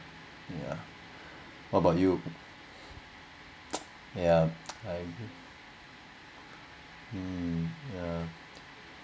ya what about you ya I mm ya